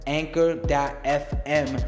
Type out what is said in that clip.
anchor.fm